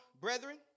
brethren